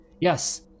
Yes